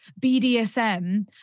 BDSM